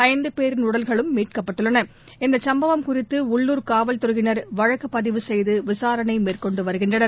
ஐந்துபேரின் உடல்களும் மீட்கப்பட்டுள்ளன இந்தச் சும்பவம் குறித்துஉள்ளூர் காவல்துறையினர் வழக்குப் பதிவு செய்துவிசாரணைமேற்கொண்டுவருகின்றனர்